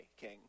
king